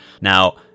Now